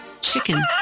chicken